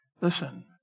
Listen